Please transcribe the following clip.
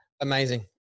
Amazing